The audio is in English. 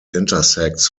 intersects